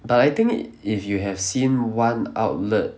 but I think if you have seen one outlet